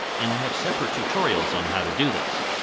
and i have separate tutorials on how to do this.